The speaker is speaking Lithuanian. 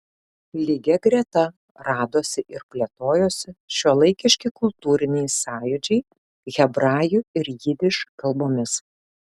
lygia greta radosi ir plėtojosi šiuolaikiški kultūriniai sąjūdžiai hebrajų ir jidiš kalbomis